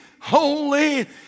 holy